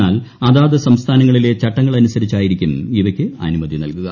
എന്നാൽ അതാത് സംസ്ഥാനങ്ങളിലെ ചട്ടങ്ങൾ അനുസരിച്ചായിരിക്കും ഇവയ്ക്ക് അനുമതി നൽകുക